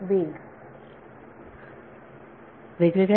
विद्यार्थी वेग